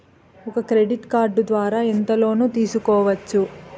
ఒక credit card ద్వారా ఎంత లోను తీసుకోవచ్చు?